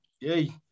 yay